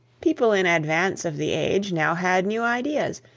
people in advance of the age now had new ideas,